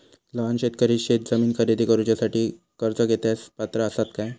लहान शेतकरी शेतजमीन खरेदी करुच्यासाठी कर्ज घेण्यास पात्र असात काय?